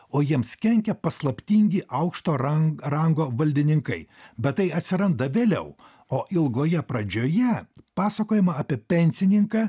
o jiems kenkia paslaptingi aukšto ran rango valdininkai bet tai atsiranda vėliau o ilgoje pradžioje pasakojama apie pensininką